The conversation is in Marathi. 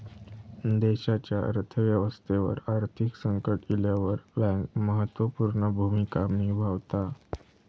देशाच्या अर्थ व्यवस्थेवर आर्थिक संकट इल्यावर बँक महत्त्व पूर्ण भूमिका निभावता